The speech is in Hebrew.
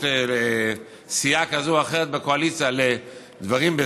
סיעה כזאת או אחרת בקואליציה לדברים,